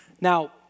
Now